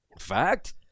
fact